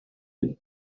des